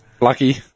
Lucky